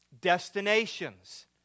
destinations